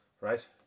right